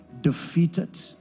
defeated